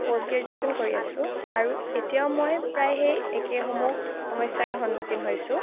post graduation কৰি আছো আৰু এতিয়াও মই প্ৰায় সেই একেসমূহ সমস্যাৰে সম্মুখীন হৈছো